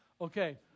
okay